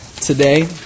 today